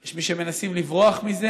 יש מי שמנסים לברוח מזה,